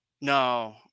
No